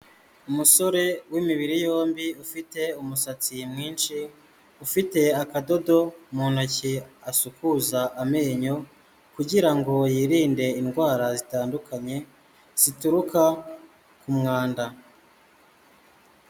Umusore w'imibiri yombi ufite umusatsi mwinshi ufite akadodo mu ntoki asukuza amenyo kugira ngo yirinde indwara zitandukanye zituruka ku mwanda.